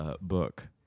book